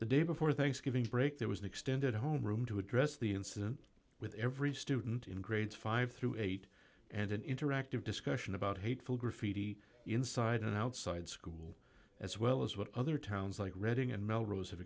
the day before thanksgiving break there was an extended homeroom to address the incident with every student in grades five through eight and an interactive discussion about hateful graffiti inside and outside school as well as what other towns like reading and melrose have